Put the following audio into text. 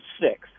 six